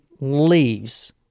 leaves